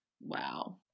Wow